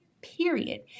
period